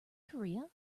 korea